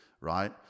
right